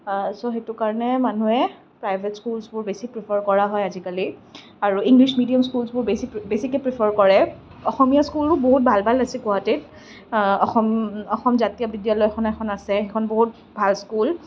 ছ' সেইটো কাৰণে মানুহে প্ৰাইভেট স্কুল্ছবোৰ মানুহে বেছি প্ৰিফাৰ কৰা হয় আজিকালি আৰু ইংলিছ মিডিয়াম স্কুলবোৰ বেছি বেছিকে প্ৰিফাৰ কৰে অসমীয়া স্কুলো বহুত ভাল ভাল আছে গুৱাহাটীত অসম অসম জাতীয় বিদ্য়ালয়খন এখন আছে সেইখন বহুত ভাল স্কুল